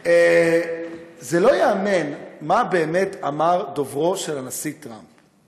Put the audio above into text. זה לא ייאמן מה באמת אמר דוברו של הנשיא טראמפ.